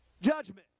judgment